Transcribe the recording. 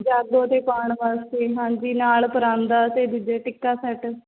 ਜਾਗੋ 'ਤੇ ਪਾਉਣ ਵਾਸਤੇ ਹਾਂਜੀ ਨਾਲ ਪਰਾਂਦਾ ਅਤੇ ਦੂਜੇ ਟਿੱਕਾ ਸੈੱਟ